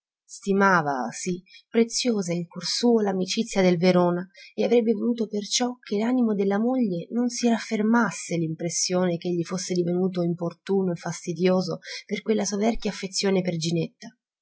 stimava sì preziosa in cuor suo l'amicizia del verona e avrebbe voluto perciò che nell'animo della moglie non si raffermasse l'impressione ch'egli fosse divenuto importuno e fastidioso per quella soverchia affezione per ginetta